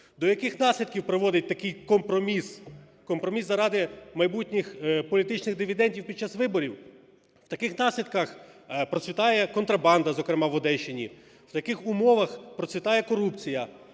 До яких наслідків приводить такий компроміс? Компроміс заради майбутніх політичних дивідендів під час виборів? В таких наслідках процвітає контрабанда зокрема в Одещині. В таких умовах процвітає корупція.